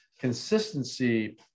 consistency